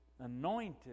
anointed